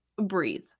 breathe